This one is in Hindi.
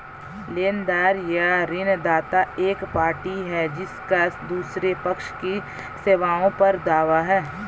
लेनदार या ऋणदाता एक पार्टी है जिसका दूसरे पक्ष की सेवाओं पर दावा है